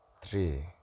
Three